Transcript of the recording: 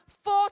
four